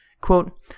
Quote